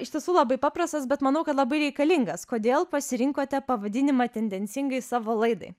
iš tiesų labai paprastas bet manau kad labai reikalingas kodėl pasirinkote pavadinimą tendencingai savo laidai